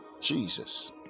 Jesus